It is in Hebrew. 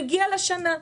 מגיעה לה שנה.